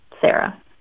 Sarah